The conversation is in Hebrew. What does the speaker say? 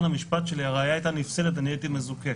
המשפט שלו הראיה הייתה נפסלת והוא היה מזוכה.